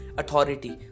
authority